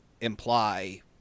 imply